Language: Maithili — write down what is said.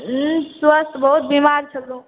ऊंह स्वास्थ बहुत बीमार छलहुॅं